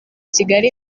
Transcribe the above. kigali